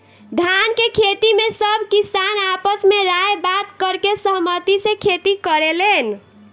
धान के खेती में सब किसान आपस में राय बात करके सहमती से खेती करेलेन